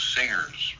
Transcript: Singers